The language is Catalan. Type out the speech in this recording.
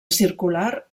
circular